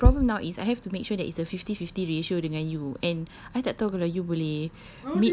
ya but the problem now is I have to make sure there is a fifty fifty ratio dengan you and I tak tahu kalau you boleh